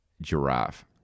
giraffe